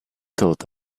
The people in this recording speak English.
taught